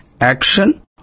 action